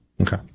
Okay